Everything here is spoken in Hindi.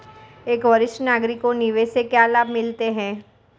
एक वरिष्ठ नागरिक को निवेश से क्या लाभ मिलते हैं?